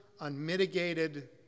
unmitigated